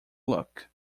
look